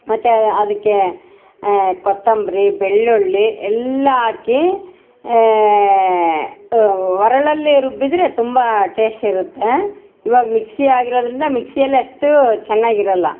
ಮತ್ತು ಅದಕ್ಕೆ ಕೊತಂಬರಿ ಬೆಳ್ಳುಳ್ಳಿ ಎಲ್ಲ ಹಾಕಿ ಒರಳಲ್ಲಿ ರುಬ್ಬಿದರೆ ತುಂಬ ಟೇಸ್ಟ್ ಇರತ್ತೆ ಇವಾಗ ಮಿಕ್ಸಿ ಆಗಿರೋದರಿಂದ ಮಿಕ್ಸಿಯಲ್ಲಿ ಅಷ್ಟು ಚೆನ್ನಾಗಿ ಇರಲ್ಲ